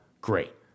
Great